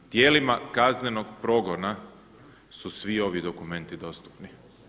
Tijelima kaznenog progona su svi ovi dokumenti dostupni.